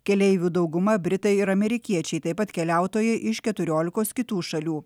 keleivių dauguma britai ir amerikiečiai taip pat keliautojai iš keturiolikos kitų šalių